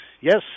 yes